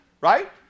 Right